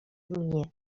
mnie